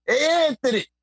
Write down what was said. Anthony